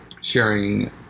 sharing